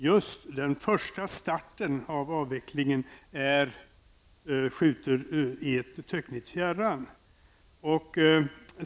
Just den första starten av avvecklingen är skjuten i ett töcknigt fjärran.